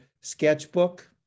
Sketchbook